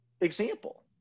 example